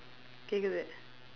கேட்குது:keetkuthu